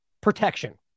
protection